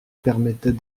permettait